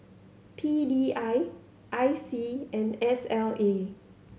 P D I I C and S L A